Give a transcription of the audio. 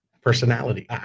personality